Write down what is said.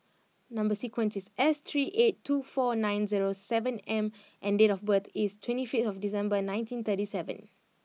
number sequence is S three eight two four nine zero seven M and and date of birth is twenty fifthDecember nineteen thirty seven